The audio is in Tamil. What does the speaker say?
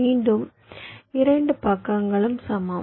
மீண்டும் 2 பக்கங்களும் சமம்